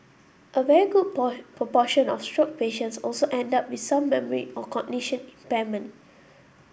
a very good proportion of stroke patients also end up with some memory or cognition impairment